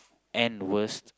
and worst